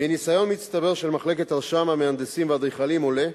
מניסיון מצטבר של מחלקת רשם המהנדסים והאדריכלים עולה,